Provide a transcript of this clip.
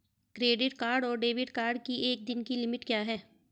Credit card और debit card की एक दिन की लिमिट क्या है?